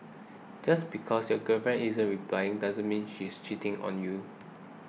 just because your girlfriend isn't replying doesn't mean she's cheating on you